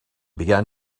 began